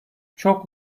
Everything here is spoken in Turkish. çok